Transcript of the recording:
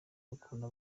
ukuntu